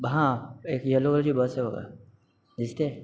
हां एक यलो कलरची बस आहे बघा दिसतेय